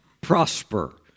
prosper